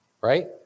right